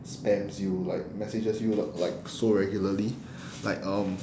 spams you like messages you like like so regularly like um